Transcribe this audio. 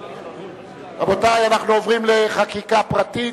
רבותי, אנחנו עוברים לחקיקה פרטית,